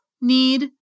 need